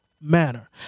manner